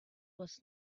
was